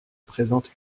présente